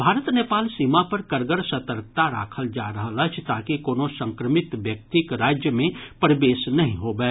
भारत नेपाल सीमा पर कड़गर सतर्कता राखल जा रहल अछि ताकि कोनो संक्रमित व्यक्तिक राज्य मे प्रवेश नहि होबय